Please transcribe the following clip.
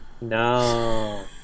No